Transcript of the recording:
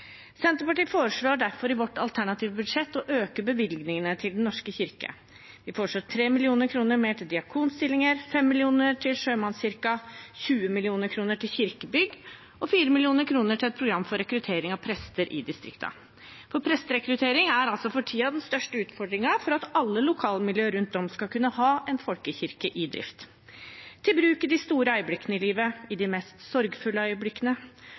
Senterpartiet foreslår derfor i sitt alternative budsjett å øke bevilgningene til Den norske kirke. Vi foreslår 3 mill. kr mer til diakonstillinger, 5 mill. kr til Sjømannskirken, 20 mill. kr til kirkebygg og 4 mill. kr til et program for rekruttering av prester i distriktene. Presterekruttering er for tiden den største utfordringen for at alle lokalmiljø rundt om skal kunne ha en folkekirke i drift – til bruk i de store øyeblikkene i livet, i de mest sorgfulle